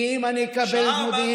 אם אני אקבל מודיעין,